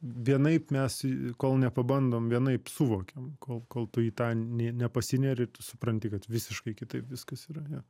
vienaip mes kol nepabandom vienaip suvokiam kol kol tu į tą nė ne pasineri supranti kad visiškai kitaip viskas yra jo